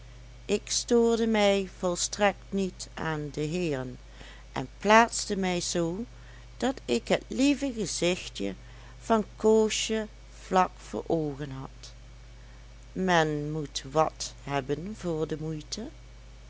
ik stoorde mij volstrekt niet aan de heeren en plaatste mij zoo dat ik het lieve gezichtje van koosje vlak voor oogen had men moet wat hebben voor de moeite